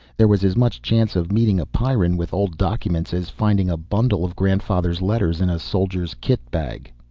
there was as much chance of meeting a pyrran with old documents as finding a bundle of grandfather's letters in a soldier's kit bag.